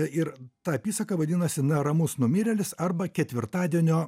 ir tą apysaką vadinasi neramus numirėlis arba ketvirtadienio